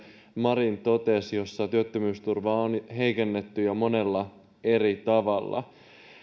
marin totesi jossa työttömyysturvaa on heikennetty jo monella eri tavalla